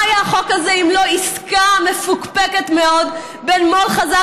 מה היה החוק הזה אם לא עסקה מפוקפקת מאוד בין מו"ל חזק